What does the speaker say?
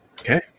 Okay